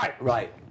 Right